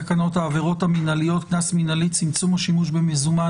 תקנות העבירות המינהליות (קנס מינהלי צמצום השימוש במזומן),